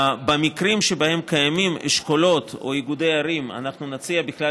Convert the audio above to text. במקרים שבהם קיימים אשכולות או איגודי ערים אנחנו נציע בכלל,